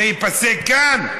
זה ייפסק כאן?